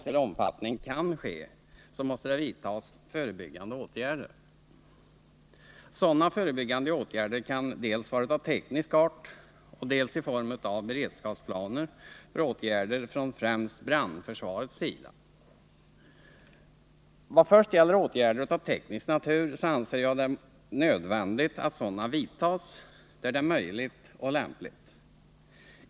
Herr talman! Jag tror att vi kan vara överens om att det vid all tung kemisk industri, där utsläpp i luft och vatten i icke avsedd omfattning kan ske, måste vidtas förebyggande åtgärder. Dessa kan vara dels av teknisk art, dels i form av beredskapsplaner för ingripanden från främst brandförsvarets sida. Vad först gäller åtgärder av teknisk natur anser jag det nödvändigt att sådana vidtas där så är möjligt och lämpligt.